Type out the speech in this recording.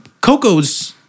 Coco's